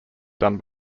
done